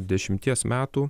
dešimties metų